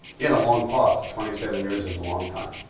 he had a long pause. twenty seven years is a long time.